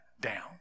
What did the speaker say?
down